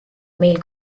meil